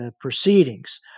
proceedings